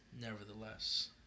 nevertheless